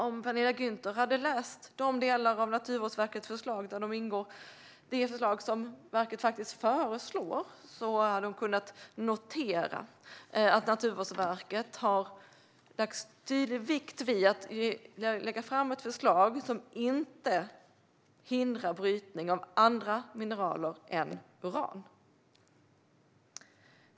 Om Penilla Gunther hade läst de delar av Naturvårdsverkets förslag där det framgår vad man faktiskt föreslår hade hon kunnat notera att Naturvårdsverket har lagt stor vikt vid att lägga fram ett förslag som inte hindrar brytning av andra mineraler än uran.